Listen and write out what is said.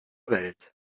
welt